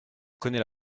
connais